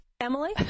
emily